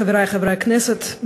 חברי חברי הכנסת,